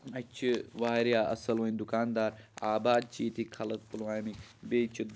اَتہِ چھِ واریاہ اَصٕل وۄنۍ دُکاندار آباد چھِ ییٚتِکۍ خلق پُلوامِکۍ بیٚیہِ چھِ